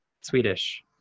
Swedish